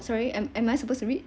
sorry am am I supposed to read